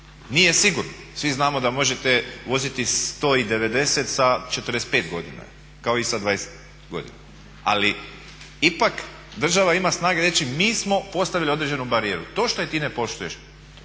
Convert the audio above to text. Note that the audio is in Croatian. Nije sigurno, svi znamo da možete voziti i 190 sa 45 godina kao i sa 20 godina, ali ipak država ima snage reći mi smo postavili određenu barijeru. To što je ti ne